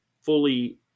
fully